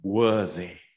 worthy